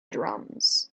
drums